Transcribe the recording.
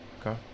Okay